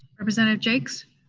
representative jaques?